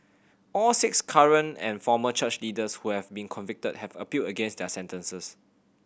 all six current and former church leaders who have been convicted have appealed against their sentences